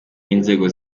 n’inzego